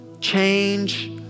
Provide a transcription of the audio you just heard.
change